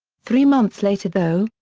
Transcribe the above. three months later though,